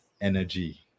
energy